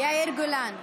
יאיר גולן התבלבל.